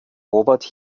robert